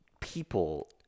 people